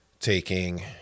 taking